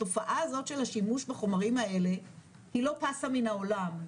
התופעה הזאת של השימוש בחומרים האלה היא לא פסה מן העולם,